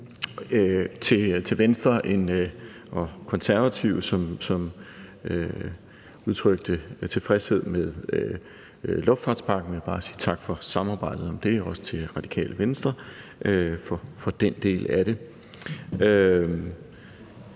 Til Venstre og Konservative, som udtrykte tilfredshed med luftfartspakken, vil jeg bare sige tak for samarbejdet om det og også tak til Radikale Venstre for den del af det.